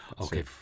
Okay